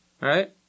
Right